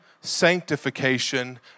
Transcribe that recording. sanctification